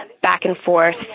back-and-forth